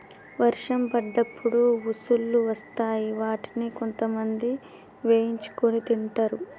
వర్షం పడ్డప్పుడు ఉసుల్లు వస్తాయ్ వాటిని కొంతమంది వేయించుకొని తింటరు